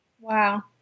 Wow